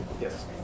Yes